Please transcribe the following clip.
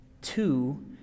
Two